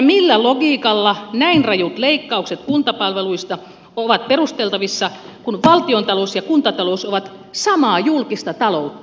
millä logiikalla näin rajut leikkaukset kuntapalveluista ovat perusteltavissa kun valtiontalous ja kuntatalous ovat samaa julkista taloutta